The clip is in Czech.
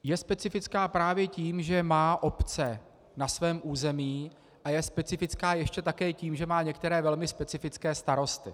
Je specifická právě tím, že má obce na svém území, a je specifická ještě také tím, že má některé velmi specifické starosty.